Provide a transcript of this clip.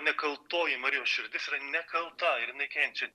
nekaltoji marijos širdis yra nekalta ir jinai kenčia